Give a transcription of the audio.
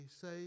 say